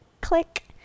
click